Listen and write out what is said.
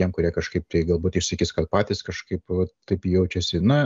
tiem kurie kažkaip tai galbūt išsakys kad patys kažkaip va taip jaučiasi na